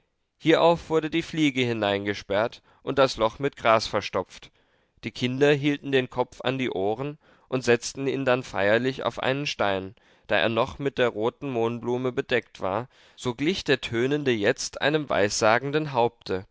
hierauf wurde die fliege hineingesperrt und das loch mit gras verstopft die kinder hielten den kopf an die ohren und setzten ihn dann feierlich auf einen stein da er noch mit der roten mohnblume bedeckt war so glich der tönende jetzt einem weissagenden haupte